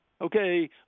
okay